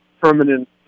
permanent